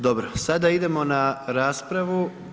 Dobro, sada idemo na raspravu.